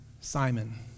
Simon